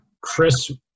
Chris